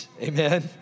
Amen